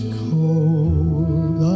cold